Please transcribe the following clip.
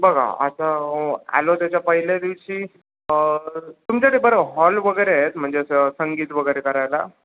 बघा आता आलो त्याच्या पहिल्या दिवशी तुमच्याकडे बरं हॉल वगैरे आहेत म्हणजे असं संगीत वगैरे करायला